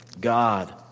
God